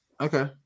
Okay